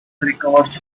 recovers